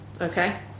Okay